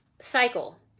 Cycle